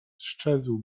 sczezł